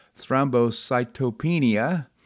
thrombocytopenia